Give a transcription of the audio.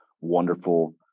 wonderful